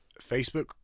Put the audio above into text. Facebook